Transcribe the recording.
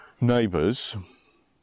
neighbours